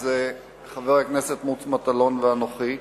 הם חבר הכנסת מוץ מטלון ואנוכי,